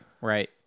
Right